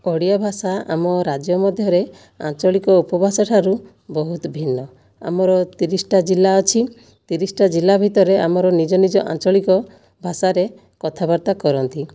ଓଡ଼ିଆ ଭାଷା ଆମ ରାଜ୍ୟ ମଧ୍ୟରେ ଆଞ୍ଚଳିକ ଉପଭାଷାଠାରୁ ବହୁତ ଭିନ୍ନ ଆମର ତିରିଶଟା ଜିଲ୍ଲା ଅଛି ତିରିଶଟା ଜିଲ୍ଲା ଭିତରେ ଆମର ନିଜ ନିଜ ଆଞ୍ଚଳିକ ଭାଷାରେ କଥାବାର୍ତ୍ତା କରନ୍ତି